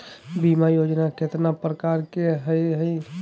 बीमा योजना केतना प्रकार के हई हई?